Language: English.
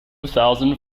thousand